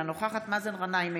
אינה נוכחת מאזן גנאים,